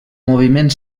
moviment